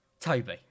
Toby